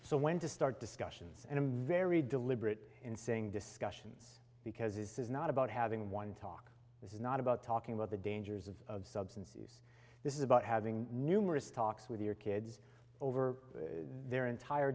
so when to start discussions and a very deliberate in saying discussions because this is not about having one talk this is not about talking about the dangers of of substances this is about having numerous talks with your kids over their entire